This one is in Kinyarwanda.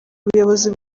ubuyobozi